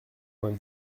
vingt